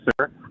sir